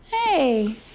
Hey